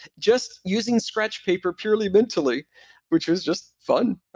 just using scratch paper purely mentally which was just fun.